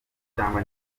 cyangwa